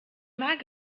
mag